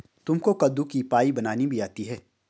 तुमको कद्दू की पाई बनानी भी आती है?